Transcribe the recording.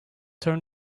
turn